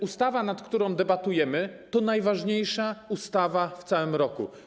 Ustawa, nad którą debatujemy, to najważniejsza ustawa w całym roku.